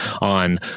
on